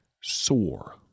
sore